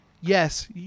yes